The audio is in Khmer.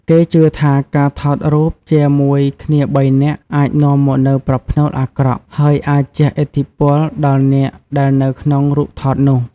គេជឿថា ការថតរូបជាមួយគ្នាបីនាក់អាចនាំមកនូវប្រផ្នូលអាក្រក់ ហើយអាចជះឥទ្ធិពលដល់អ្នកដែលនៅក្នុងរូបថតនោះ។